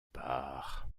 part